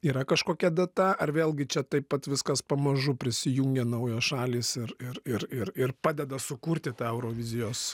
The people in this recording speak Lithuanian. yra kažkokia data ar vėlgi čia taip pat viskas pamažu prisijungia naujos šalys ir ir ir ir ir padeda sukurti tą eurovizijos